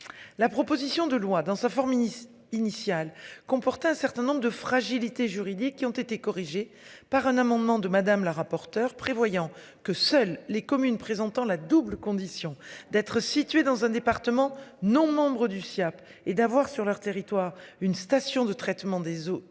La proposition de loi dans sa forme initiale comportait un certain nombre de fragilités juridiques qui ont été corrigés par un amendement de Madame la rapporteure prévoyant que seules les communes présentant la double condition d'être situé dans un département non membre du Siaap et d'avoir sur leur territoire, une station de traitement des eaux